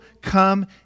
come